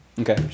Okay